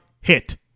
hit